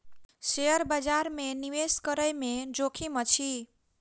share बजार में निवेश करै में जोखिम अछि